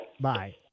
Bye